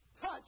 touch